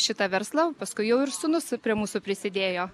šitą verslą paskui jau ir sūnus prie mūsų prisidėjo